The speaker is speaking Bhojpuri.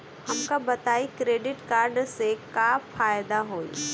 हमका बताई क्रेडिट कार्ड से का फायदा होई?